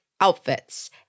outfits